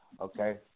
okay